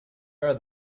are